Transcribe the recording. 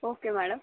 okay madam